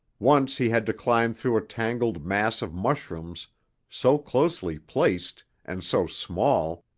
once he had to climb through a tangled mass of mushrooms so closely placed, and so small,